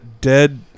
dead